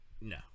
No